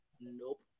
Nope